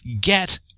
get